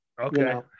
Okay